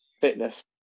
fitness